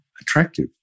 attractive